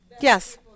Yes